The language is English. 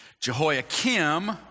Jehoiakim